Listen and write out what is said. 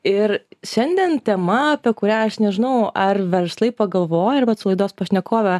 ir šiandien tema apie kurią aš nežinau ar verslai pagalvoja ir vat su laidos pašnekove